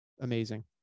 amazing